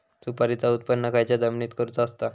सुपारीचा उत्त्पन खयच्या जमिनीत करूचा असता?